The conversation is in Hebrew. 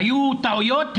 היו טעויות,